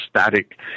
static